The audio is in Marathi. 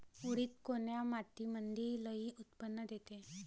उडीद कोन्या मातीमंदी लई उत्पन्न देते?